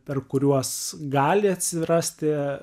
per kuriuos gali atsirasti